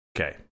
Okay